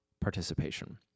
participation